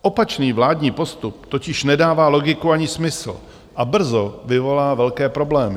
Opačný vládní postup totiž nedává logiku ani smysl a brzo vyvolá velké problémy.